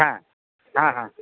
হ্যাঁ হ্যাঁ হ্যাঁ